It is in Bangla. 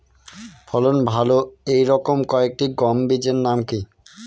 ফলন ভালো এই রকম কয়েকটি গম বীজের নাম কি?